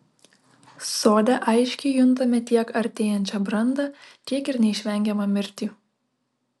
sode aiškiai juntame tiek artėjančią brandą tiek ir neišvengiamą mirtį